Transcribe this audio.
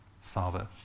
Father